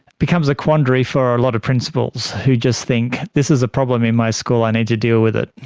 becomes a quandary for a lot of principals who just think this is a problem in my school, i need to deal with it',